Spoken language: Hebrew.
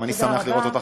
אני ממש אעשה את זה קצר.